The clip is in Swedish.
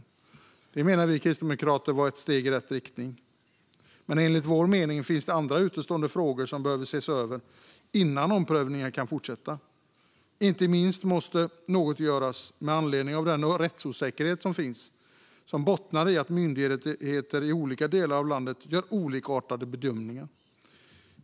Detta var, menar vi kristdemokrater, ett steg i rätt riktning, men enligt vår mening finns det andra utestående frågor som behöver ses över innan omprövningarna kan fortsätta. Inte minst måste något göras med anledning av den rättsosäkerhet som finns och som bottnar i att myndigheter i olika delar av landet gör olikartade bedömningar.